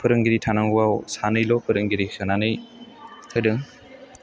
फोरोंगिरि थानांगौआव सानैल' फोरोंगिरि सोनानै होदों